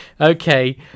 okay